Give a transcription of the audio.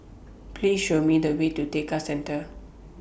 Please Show Me The Way to Tekka Centre